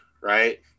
right